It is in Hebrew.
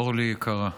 אורלי יקרה,